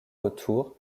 retour